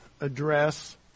address